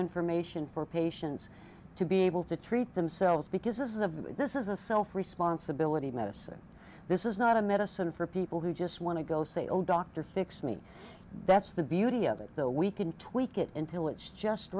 information for patients to be able to treat themselves because this is of this is a self responsibility medicine this is not a medicine for people who just want to go say oh doctor fix me that's the beauty of it though we can tweak it until it's just